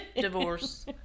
divorce